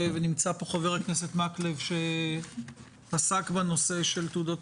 ונמצא כאן חבר הכנסת מקלב שעסק רבות בנושא של תעודות